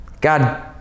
God